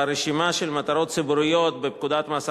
ברשימה של מטרות ציבוריות בפקודת מס הכנסה,